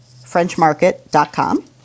Frenchmarket.com